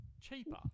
cheaper